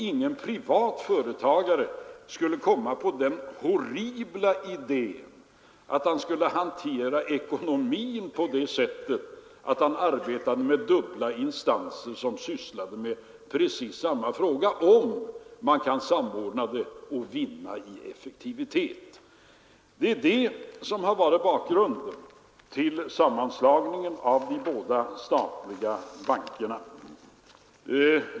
Ingen privat företagare skulle komma på den horribla idén att hantera ekonomin på det sättet att han arbetar med dubbla instanser, som sysslar med precis samma tjänster, om han kan samordna och vinna i effektivitet genom en samordning. Detta har varit bakgrunden till sammanslagningen av de båda statliga bankerna.